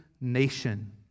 nation